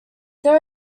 there